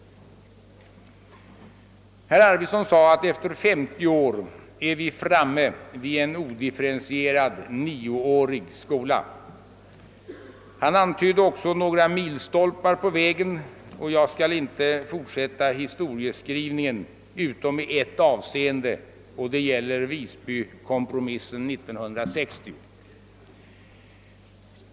Herr Arvidson sade att vi efter femtio år är framme vid en odifferentierad nioårig skola. Han antydde också några milstolpar på vägen. Jag skall inte fortsätta historieskrivningen utom på en punkt, nämligen beträffande Visbykompromissen 1960.